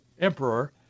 emperor